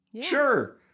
sure